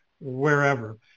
wherever